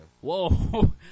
whoa